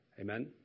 Amen